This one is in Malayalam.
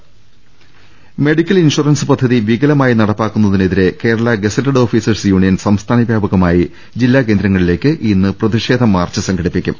രദേഷ്ടെടു മെഡിക്കൽ ഇൻഷൂറൻസ് പദ്ധതി വികലമായി നടപ്പാക്കുന്നതിനെതി രെ കേരളാ ഗസറ്റഡ് ഓഫീസേഴ്സ് യൂണിയൻ സംസ്ഥാന വ്യാപകമായി ജില്ലാ കേന്ദ്രങ്ങളിലേക്ക് ഇന്ന് പ്രതിഷേധ മാർച്ച് സംഘടിപ്പിക്കും